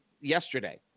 yesterday